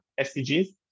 SDGs